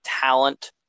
talent